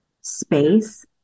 space